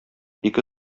ике